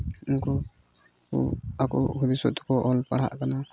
ᱩᱱᱠᱩ ᱟᱠᱚ ᱵᱷᱚᱵᱤᱥᱥᱚᱛ ᱨᱮᱠᱚ ᱚᱞ ᱯᱟᱲᱦᱟᱜ ᱠᱟᱱᱟ